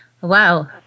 Wow